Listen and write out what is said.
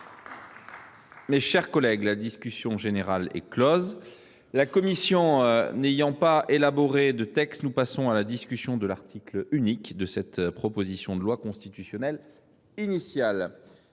pas part au vote. La discussion générale est close. La commission n’ayant pas élaboré de texte, nous passons à la discussion de l’article unique de la proposition de loi constitutionnelle initiale.